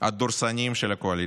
הדורסניים של הקואליציה.